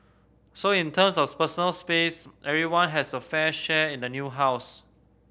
so in terms of personal space everyone has a fair share in the new house